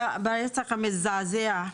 ברצח המזעזע,